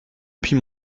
puis